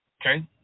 okay